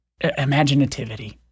imaginativity